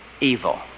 evil